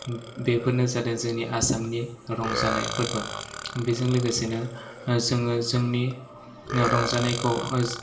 बेफोरनो जादों जोंनि आसामनि रंजानाय फोरबो बेजों लोगोसेनो जोङो जोंनि रंजानायखौ